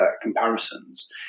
comparisons